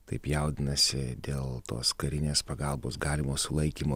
taip jaudinasi dėl tos karinės pagalbos galimo sulaikymo